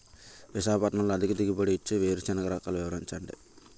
విశాఖపట్నంలో అధిక దిగుబడి ఇచ్చే వేరుసెనగ రకాలు వివరించండి?